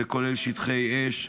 זה כולל שטחי אש,